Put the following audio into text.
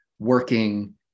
working